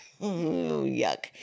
Yuck